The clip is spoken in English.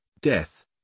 death